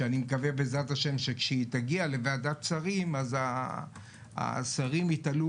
שאני מקווה שכשהיא תגיע לוועדת השרים אז הם יתעלו